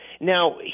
Now